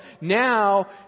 now